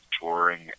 touring